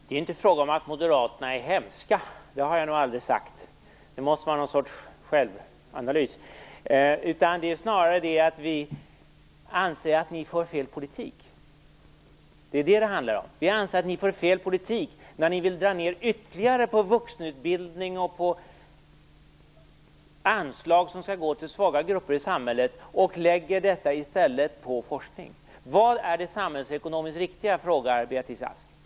Herr talman! Det är inte fråga om att Moderaterna är hemska. Det har jag nog aldrig sagt. Det måste vara någon sorts självanalys. Det handlar snarare om att vi anser att ni för fel politik. Det är det det handlar om. Vi anser att ni för fel politik när ni vill dra ner ytterligare på vuxenutbildning och på anslag som skall gå till svaga grupper i samhället och i stället lägga resurserna på forskning. Vad är det samhällsekonomiskt riktiga? frågar Beatrice Ask.